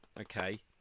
okay